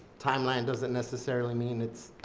timeline doesn't necessarily mean it's